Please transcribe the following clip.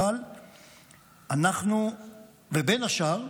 בין השאר,